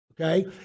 okay